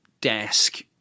desk